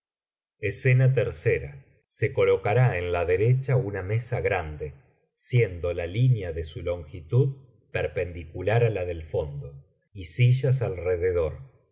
escena iii se colocará en la derecha una mesa grande siendo la línea de su longitud perpendicular á la del fondo y sillas alrededor